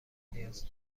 نیاز